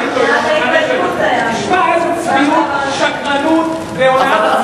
תשמע איזה צביעות, שקרנות והונאת הציבור.